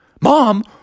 mom